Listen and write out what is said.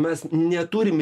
mes neturim